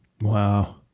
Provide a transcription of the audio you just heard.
Wow